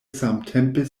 samtempe